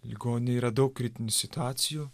ligoninėj yra daug kritinių situacijų